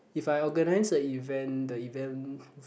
if I organize a event the event